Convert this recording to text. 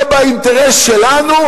זה באינטרס שלנו,